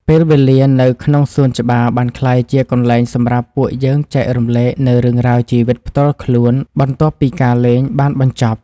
ពេលវេលានៅក្នុងសួនច្បារបានក្លាយជាកន្លែងសម្រាប់ពួកយើងចែករំលែកនូវរឿងរ៉ាវជីវិតផ្ទាល់ខ្លួនបន្ទាប់ពីការលេងបានបញ្ចប់។